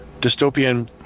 dystopian